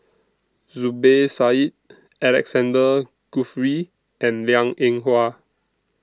Zubir Said Alexander Guthrie and Liang Eng Hwa